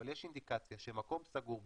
אבל יש אינדיקציה שמקום סגור,